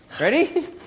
Ready